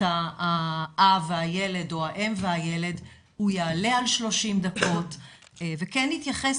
האב והילד או האם והילד הוא יעלה על 30 דקות וכן נתייחס